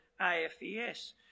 AFES